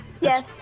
Yes